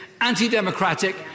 anti-democratic